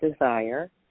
desire